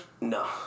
no